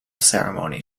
ceremony